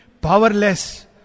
powerless